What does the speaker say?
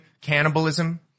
Cannibalism